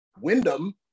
Wyndham